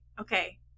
Okay